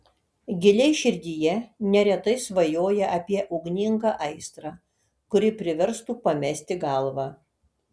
giliai širdyje neretai svajoja apie ugningą aistrą kuri priverstų pamesti galvą